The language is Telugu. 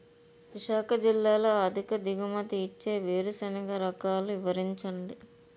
విశాఖ జిల్లాలో అధిక దిగుమతి ఇచ్చే వేరుసెనగ రకాలు వివరించండి?